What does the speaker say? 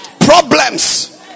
problems